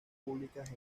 públicas